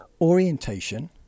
orientation